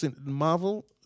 Marvel